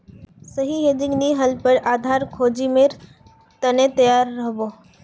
सही हेजिंग नी ह ल पर आधार जोखीमेर त न तैयार रह बो